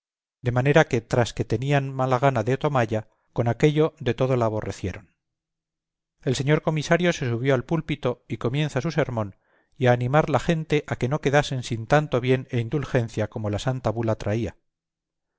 de manera que tras que tenían mala gana de tomalla con aquello de todo la aborrecieron el señor comisario se subió al púlpito y comienza su sermón y a animar la gente a que no quedasen sin tanto bien e indulgencia como la santa bula traía